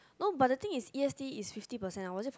no but the thing is e_s_t is fifty percent or was it for